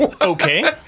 Okay